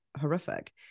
horrific